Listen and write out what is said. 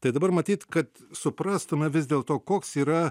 tai dabar matyt kad suprastume vis dėl to koks yra